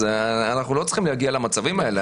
אנחנו לא צריכים להגיע למצבים האלה.